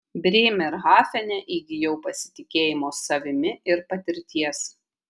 brėmerhafene įgijau pasitikėjimo savimi ir patirties